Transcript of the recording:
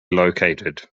located